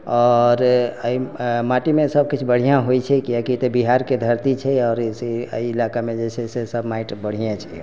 आओर एहि माटिमे सब किछु बढ़िआँ होइत छै किआकि तऽ बिहारके धरती छै आओर जे ई इलाकामे जे छै से सब माटि बढ़िआँ छै